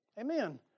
amen